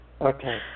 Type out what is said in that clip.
okay